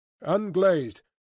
unglazed